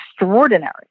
extraordinary